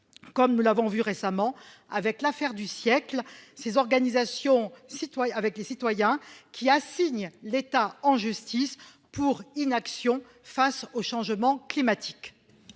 Comme nous l'avons vu récemment avec l'affaire du siècle, ces organisations citoyen avec les citoyens qui assigne l'État en justice pour inaction face au changement climatique.